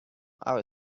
outer